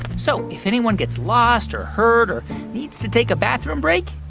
so if anyone gets lost or hurt or needs to take a bathroom break,